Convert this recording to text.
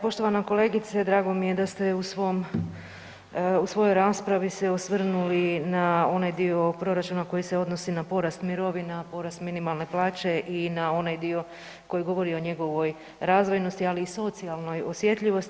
Poštovana kolegice, drago mi je da ste u svom, u svojoj raspravi se osvrnuli na onaj dio proračuna koji se odnosi na porast mirovina, porast minimalne plaće i na onaj dio koji govori o njegovoj razvojnosti, ali i socijalnoj osjetljivosti.